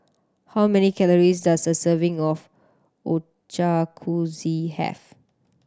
how many calories does a serving of Ochakuze have